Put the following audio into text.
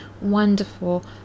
wonderful